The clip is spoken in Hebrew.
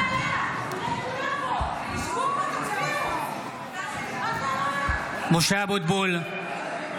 (קורא בשמות חברי הכנסת) משה אבוטבול,